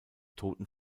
toten